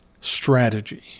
strategy